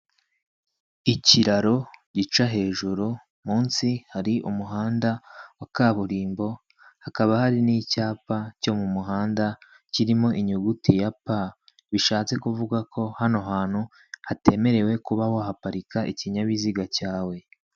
Ikiraro gica hejuru; munsi hari umuhanda wa kaburimbo; hakaba hari n'icyapa cyo mu muhanda kirimo inyuguti ya P; bishatse kuvuga ko hano hantu hatemerewe kuba wahaparika ikinyabiziga cyawe.